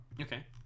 Okay